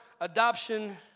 adoption